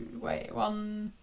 wait one.